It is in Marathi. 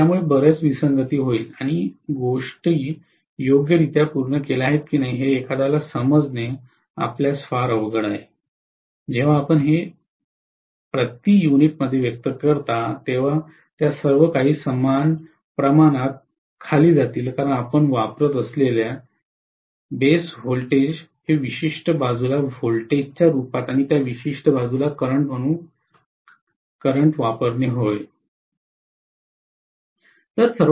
तर यामुळे बर्याच विसंगती होतील आणि गोष्टी योग्यरित्या पूर्ण केल्या आहेत की नाही हे एखाद्याला समजणे आपल्यास फार अवघड आहे जेव्हा आपण ते प्रति युनिटमध्ये व्यक्त करता तेव्हा त्या सर्व काही समान प्रमाणात खाली उकळल्या जातील कारण आपण वापरत असलेल्या बेस व्होल्टेज हे विशिष्ट बाजू ला व्होल्टेजच्या रूपात आणि त्या विशिष्ट बाजू ला करंट म्हणून करंट वापरणे